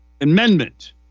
amendment